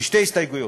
בשתי הסתייגויות: